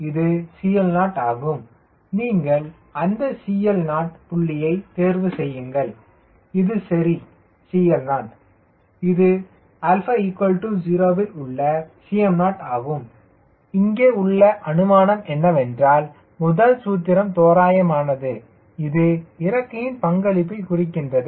இது CL0 ஆகும் நீங்கள் அந்த CL0 புள்ளியைத் தேர்வு செய்யுங்கள் இது சரி CL0 இது 𝛼 0 உள்ள Cm ஆகும் இங்கே உள்ள அனுமானம் என்னவென்றால் முதல் சூத்திரம் தோராயமானது ஆகும் இது இறக்கையின் பங்களிப்பை குறிக்கின்றது